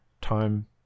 time